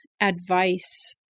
advice